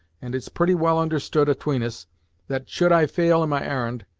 and it's pretty well understood atween us that, should i fail in my ar'n'd,